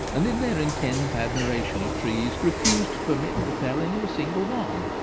and in their intense admiration of trees refuse to permit the felling of a single one.